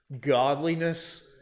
godliness